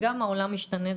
העולם משתנה,